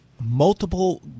multiple